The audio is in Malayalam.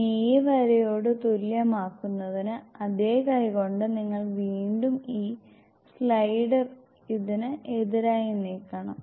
ഇനി ഈ വരയോട് തുല്യമാക്കുന്നതിന് അതേ കൈകൊണ്ട് നിങ്ങൾ വീണ്ടും ഈ സ്ലൈഡർ ഇതിന് എതിരായി നീക്കണം